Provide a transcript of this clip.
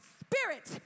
spirit